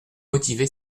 motivé